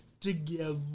together